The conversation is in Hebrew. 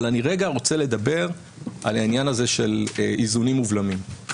אבל אני רגע רוצה לדבר על העניין הזה של איזונים ובלמים.